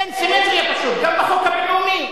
אין סימטריה פשוט, גם בחוק הבין-לאומי.